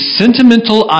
sentimental